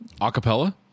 Acapella